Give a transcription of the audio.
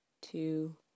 two